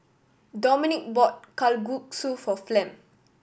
Dominic bought Kalguksu for Flem